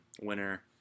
winner